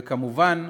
וכמובן,